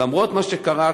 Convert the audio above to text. למרות מה שקרה,